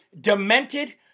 demented